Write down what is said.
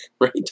right